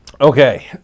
Okay